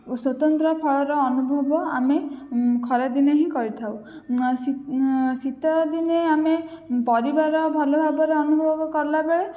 ସ୍ୱତନ୍ତ୍ର ଫଳର ଅନୁଭବ ଆମେ ଖରା ଦିନେ ହିଁ କରିଥାଉ ଶୀତଦିନେ ଆମେ ପରିବାର ଭଲ ଭାବରେ ଅନୁଭବ କଲାବେଳେ